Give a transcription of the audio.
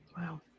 wow